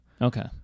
Okay